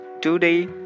today